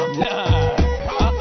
nah